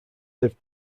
lived